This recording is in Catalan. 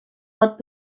pot